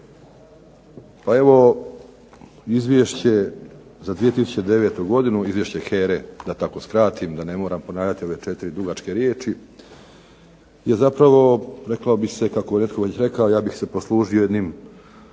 Pa evo Izvješće za 2009. godinu, Izvješće HERE da tako skratim da ne moram ponavljati ove četiri dugačke riječi, je zapravo reklo bi se kako je netko već rekao ja bih se poslužio jednim